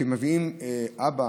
כשמביאים אבא